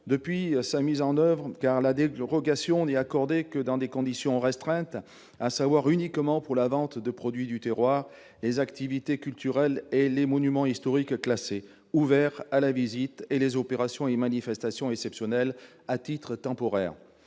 quelques difficultés, car la dérogation n'est accordée que dans des conditions restreintes, à savoir uniquement pour la vente de produits du terroir, les activités culturelles, les monuments historiques classés ouverts à la visite et les opérations et manifestations exceptionnelles, à titre temporaire.